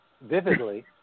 vividly